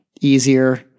easier